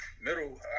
middle